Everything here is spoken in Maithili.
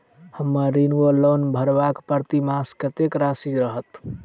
हम्मर ऋण वा लोन भरबाक प्रतिमास कत्तेक राशि रहत?